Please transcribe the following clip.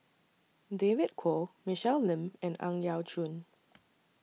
David Kwo Michelle Lim and Ang Yau Choon